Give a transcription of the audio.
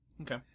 Okay